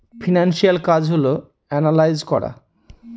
financial কাজ হল analyse করা